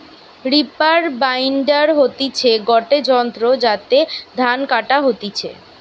reaper binder হতিছে গটে যন্ত্র যাতে ধান কাটা হতিছে